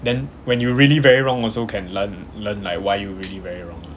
then when you really very wrong also can learn learn like why you really very wrong